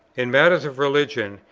in matters of religion,